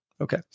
Okay